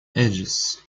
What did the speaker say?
ages